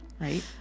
right